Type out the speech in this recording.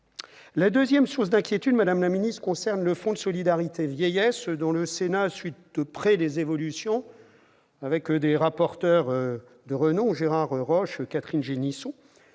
deuxième source d'inquiétude, madame la ministre, concerne le Fonds de solidarité vieillesse, dont le Sénat a suivi de près les évolutions grâce à ses rapporteurs de renom, Gérard Roche et Catherine Génisson.